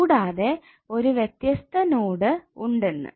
കൂടാതെ ഒരു വ്യത്യസ്ത നോഡു ഉണ്ട് എന്ന്